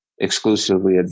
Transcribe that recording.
exclusively